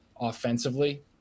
offensively